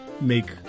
make